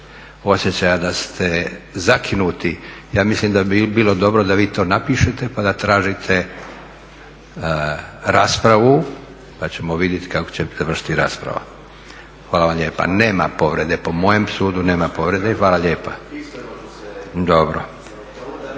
osjećaja da ste zakinuti, ja mislim da bi bilo dobro da vi to napišete, pa da tražite raspravu, pa ćemo vidjeti kako će završiti rasprava. Hvala vam lijepa. Nema povrede, po mojem sudu nema povrede. Hvala lijepa.